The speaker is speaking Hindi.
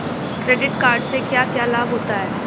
क्रेडिट कार्ड से क्या क्या लाभ होता है?